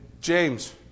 James